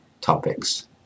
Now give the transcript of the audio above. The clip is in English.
topics